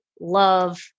love